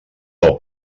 del